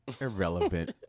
Irrelevant